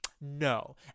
No